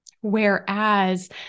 Whereas